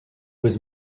was